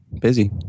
Busy